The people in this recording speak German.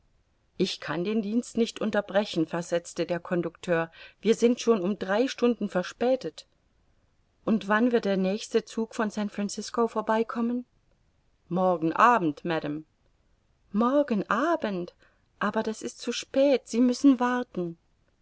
ich kann den dienst nicht unterbrechen versetzte der conducteur wir sind schon um drei stunden verspätet und wann wird der nächste zug von san francisco vorbeikommen morgen abend madame morgen abend aber das ist zu spät sie müssen warten